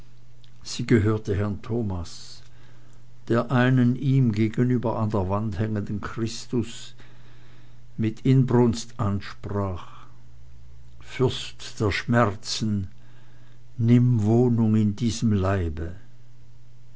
sie gehörte herrn thomas der einen ihm gegenüber an der wand hangenden kruzifixus mit inbrunst ansprach fürst der schmerzen nimm wohnung in diesem leibe